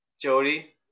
Jody